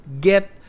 get